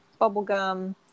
bubblegum